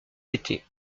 été